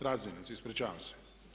Razdjelnici, ispričavam se.